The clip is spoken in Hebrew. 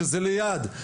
שזה ליד.